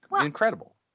incredible